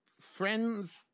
friends